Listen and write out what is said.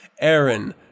Aaron